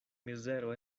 mizero